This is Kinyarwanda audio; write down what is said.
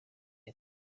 leta